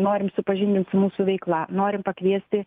norim supažindint su mūsų veikla norim pakviesti